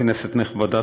כנסת נכבדה,